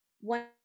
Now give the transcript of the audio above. one